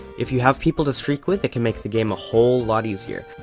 if you have people to streak with, it can make the game a whole lot easier.